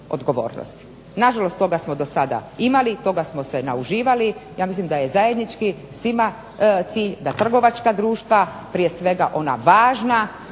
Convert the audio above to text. Nažalost, toga smo do sada imali, toga smo se nauživali. I ja mislim da je zajednički svima cilj da trgovačka društva prije svega ona važna